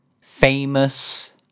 famous